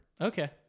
okay